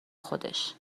خودش